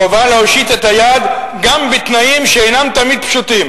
חובה להושיט את היד גם בתנאים שאינם תמיד פשוטים